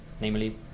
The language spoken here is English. namely